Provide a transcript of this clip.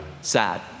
sad